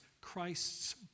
Christ's